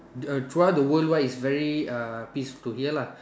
uh throughout the worldwide it's very uh peace to here lah